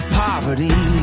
poverty